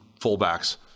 fullbacks